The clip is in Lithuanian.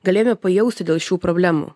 galėjo pajausti dėl šių problemų